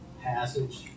passage